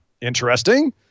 Interesting